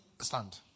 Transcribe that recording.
stand